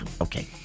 okay